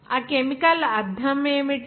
ఆ కెమికల్ అర్థం ఏమిటి